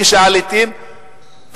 כשעליתם,